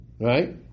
Right